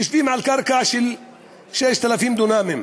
יושבים על קרקע של 6,000 דונמים.